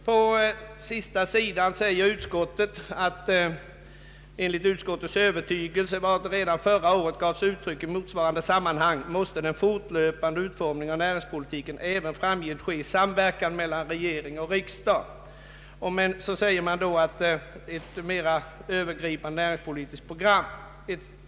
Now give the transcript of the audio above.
På sista sidan i utlåtandet säger utskottet: ”Enligt utskottets övertygelse, varåt redan förra året gavs uttryck i motsvarande sammanhang, måste den fortlöpande utformningen av näringspolitiken även framgent ske i samverkan mellan regering och riksdag på grundval av specialiserad utredningsverksamhet rörande större eller mindre, klart avgränsade problemområden. Detta betyder inte att det inte kan vara angeläget att också söka formulera ett mera övergripande näringspolitiskt program.